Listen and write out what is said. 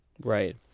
right